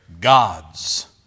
gods